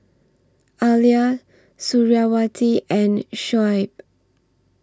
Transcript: Alya Suriawati and Shoaib